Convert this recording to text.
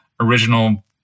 original